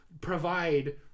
provide